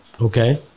Okay